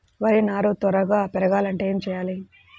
వరి నారు త్వరగా పెరగాలంటే ఏమి చెయ్యాలి?